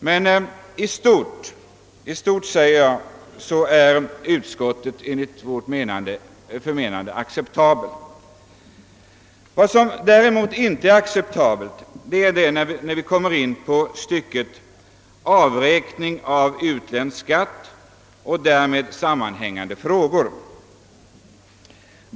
Men utskottsmajoritetens betänkande är enligt vårt förmenande i stort — jag vill understryka detta — acceptabelt. Vad som däremot inte är acceptabelt är avsnittet om avräkning av utländsk skatt och därmed sammanhängande frågor.